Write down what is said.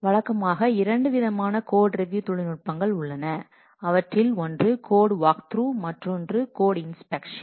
வழக்கமாக இரண்டு விதமான கோட்ரிவியூ தொழில்நுட்பங்கள் உள்ளன அவற்றில் ஒன்று கோடு வாக்த்ரூ மற்றொன்று கோடு இன்ஸ்பெக்ஷன்